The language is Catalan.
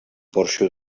porxo